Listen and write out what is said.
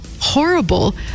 horrible